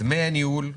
דמי הניהול,